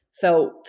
felt